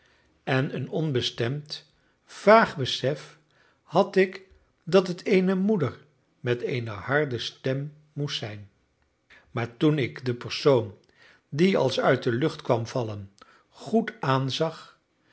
en een onbestemd vaag besef had ik dat het eene moeder met een harde stem moest zijn maar toen ik den persoon die als uit de lucht kwam vallen goed aanzag